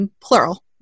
plural